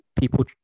people